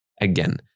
again